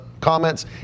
comments